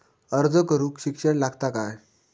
अर्ज करूक शिक्षण लागता काय?